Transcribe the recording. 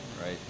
right